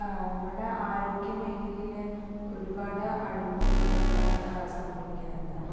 ആ നമ്മുടെ ആരോഗ്യമേഖലയിൽ ഒരുപാട് അഴിമതികളോക്കെ സംഭവിക്കുന്നുണ്ട്